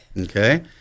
Okay